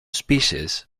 species